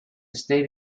state